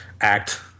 act